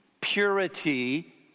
purity